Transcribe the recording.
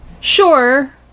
Sure